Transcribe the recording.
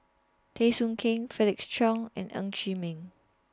Teo Soon Kim Felix Cheong and Ng Chee Meng